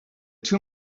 two